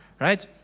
right